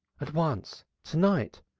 at once. to-night.